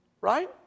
right